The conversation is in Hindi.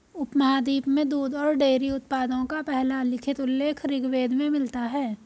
उपमहाद्वीप में दूध और डेयरी उत्पादों का पहला लिखित उल्लेख ऋग्वेद में मिलता है